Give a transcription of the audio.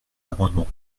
amendement